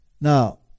Now